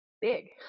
big